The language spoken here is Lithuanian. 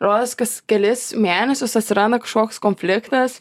rodos kas kelis mėnesius atsiranda kažkoks konfliktas